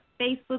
Facebook